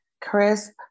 crisp